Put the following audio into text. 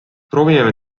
proovime